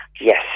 Yes